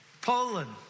Poland